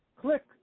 Click